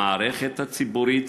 המערכת הציבורית,